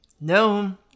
no